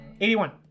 81